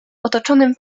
otoczonym